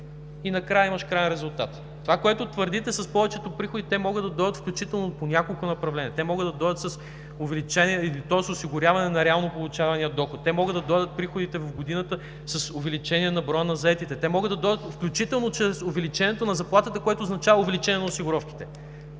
и на края имаш краен резултат. Това, което твърдите с повечето приходи, те могат да дойдат включително по няколко направления. Могат да дойдат с осигуряване на реално получавания доход, могат да дойдат приходите в годината с увеличение на броя на заетите, могат да дойдат включително чрез увеличението на заплатата, което означава увеличение на осигуровките.